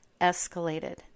escalated